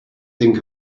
think